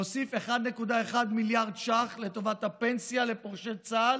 להוסיף 1.1 מיליארד ש"ח לטובת הפנסיה לפורשי צה"ל,